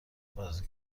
بازی